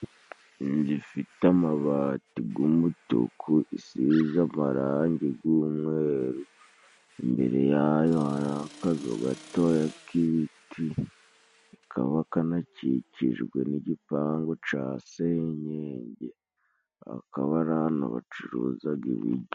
Inzu ifite amabati g'umutuku， isize amarange g'umweru， imbere yayo hari akazu gato k'ibiti kaba kanakikijwe n'igipangu cane， senyenge akabara bacuruzaga ibiryo.